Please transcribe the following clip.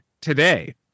today